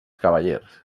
cavallers